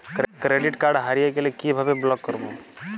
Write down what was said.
Credit card হারিয়ে গেলে কি ভাবে ব্লক করবো?